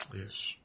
Yes